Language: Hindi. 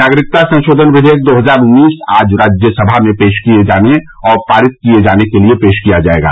नागरिकता संशोधन विधेयक दो हजार उन्नीस आज राज्यसभा में विचार किए जाने और पारित करने के लिए पेश किया जाएगा